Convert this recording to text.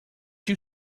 you